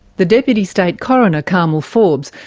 the deputy state coroner, carmel forbes,